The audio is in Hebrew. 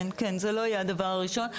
כן, זה לא יהיה הדבר הראשון.